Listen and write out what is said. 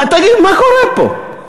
תגידו, מה קורה פה?